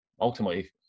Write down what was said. ultimately